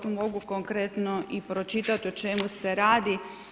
Tu mogu konkretno i pročitati o čemu se radi.